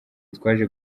twaje